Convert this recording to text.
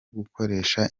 gukoresha